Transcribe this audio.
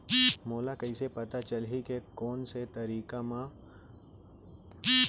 मोला कइसे पता चलही के कोन से तारीक म मोला करजा चुकोय बर हे?